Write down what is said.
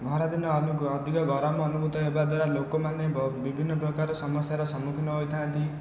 ଖରାଦିନେ ଅଧିକ ଗରମ ଅନୁଭୂତ ହେବା ଦ୍ୱାରା ଲୋକମାନେ ବିଭିନ୍ନ ପ୍ରକାର ସମସ୍ୟାର ସମ୍ମୁଖୀନ ହୋଇଥାନ୍ତି